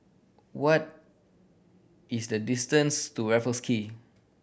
what is the distance to Raffles Quay